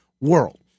world